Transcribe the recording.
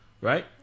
Right